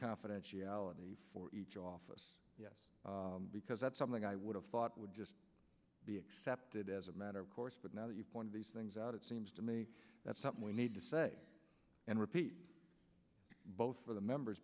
confidentiality for each office because that's something i would have thought would just be accepted as a matter of course but now that you've pointed these things out it seems to me that's something we need to say and repeat both for the member